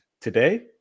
today